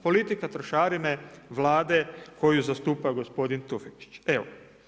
Politika trošarine Vlade koju zastupa gospodin Tufekčić, evo.